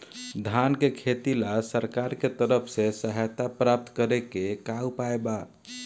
धान के खेती ला सरकार के तरफ से सहायता प्राप्त करें के का उपाय बा?